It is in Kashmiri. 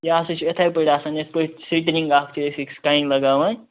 یہِ ہَسا چھُ یِتھٕے پٲٹھۍ آسان یِتھٕ پٲٹھۍ سِکرِنٛگ اکھ أکِس چھِ أسۍ کنہِ لَگاوان